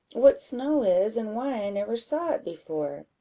what snow is, and why i never saw it before?